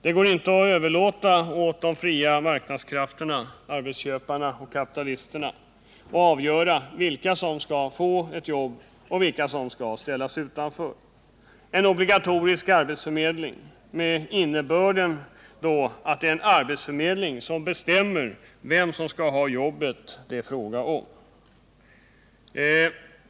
Det går inte att överlåta åt de fria marknadskrafterna — arbetsköparna och kapitalisterna — att avgöra vilka som skall få jobb och vilka som skall ställas utanför. Det skall vara en obligatorisk arbetsförmedling med innebörd att arbetsförmedlingen bestämmer vem som skall ha det jobb det är fråga om.